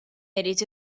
irid